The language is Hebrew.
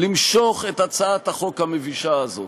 למשוך את הצעת החוק המבישה הזאת,